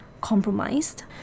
compromised